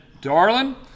darling